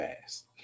fast